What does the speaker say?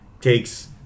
takes